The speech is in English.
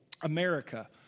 America